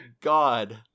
god